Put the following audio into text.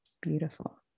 Beautiful